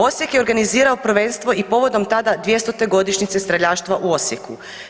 Osijek je organizirao prvenstvo i povodom, tada 200. godišnjice streljaštva u Osijeku.